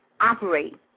operate